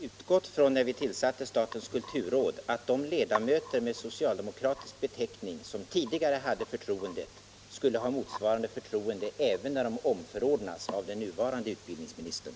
Herr talman! När vi tillsatte ledamöter i statens kulturråd utgick jag från att de ledamöter med socialdemokratisk beteckning som tidigare hade förtroendet skulle ha motsvarande förtroende även när de omförordnades av den nuvarande utbildningsministern.